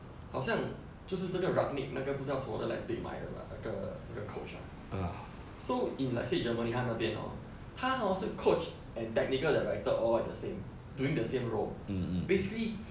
好像就是这个 rangnick 那个不叫什么 athletes 买的 lah 那个那个 coach ah so in like say germany 他那边 orh 他 hor 是 coach and technical director all at the same doing the same role basically